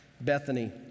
Bethany